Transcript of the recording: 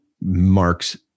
marks